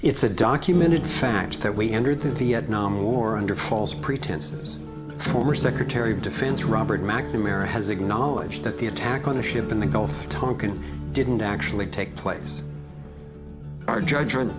it's a documented fact that we entered the vietnam war under false pretenses former secretary of defense robert mcnamara has acknowledged that the attack on a ship in the gulf of tonkin didn't actually take place our judgment